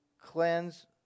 cleanse